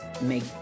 make